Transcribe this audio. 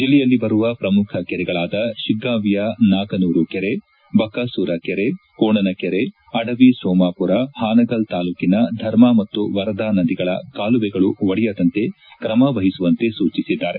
ಜಿಲ್ಲೆಯಲ್ಲಿ ಬರುವ ಪ್ರಮುಖ ಕೆರೆಗಳಾದ ಶಿಗ್ಗಾಂವಿಯ ನಾಗನೂರು ಕೆರೆ ಬಕಾಸೂರ ಕೆರೆ ಕೋಣನಕೆರೆ ಅಡವಿ ಸೋಮಾಪುರ ಪಾನಗಲ್ ತಾಲೂಕಿನ ಧರ್ಮಾ ಮತ್ತು ವರದಾ ನದಿಗಳ ಕಾಲುವೆಗಳು ಒಡೆಯದಂತೆ ಕ್ರಮವಹಿಸುವಂತೆ ಸೂಚಿಸಿದ್ದಾರೆ